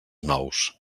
nous